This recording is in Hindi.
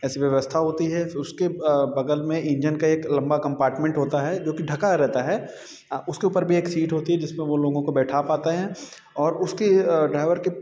ऐसी व्यवस्था होती है उसके बगल में इंजन का एक लंबा कम्पार्टमेंट होता है जो कि ढका रहता है उसके ऊपर भी एक सीट होती है जिसपे वो लोगों को बैठा पाते हैं और उसके ड्राईवर के